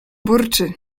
burczy